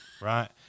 Right